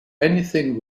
anything